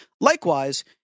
Likewise